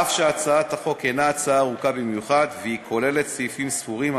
אף שהצעת החוק אינה הצעה ארוכה במיוחד והיא כוללת סעיפים ספורים,